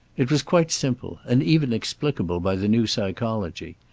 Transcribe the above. it was quite simple, and even explicable by the new psychology.